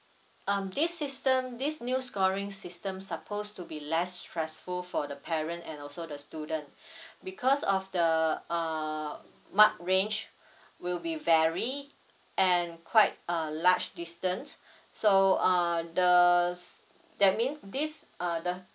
um this system this new scoring system's supposed to be less stressful for the parent and also the student because of the uh mark range will be varied and quite a large distance so ah the s~ that means this uh the